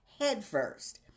headfirst